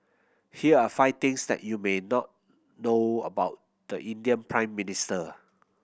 here are five things that you may not know about the Indian Prime Minister